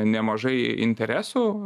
nemažai interesų